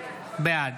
בעד